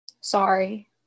Sorry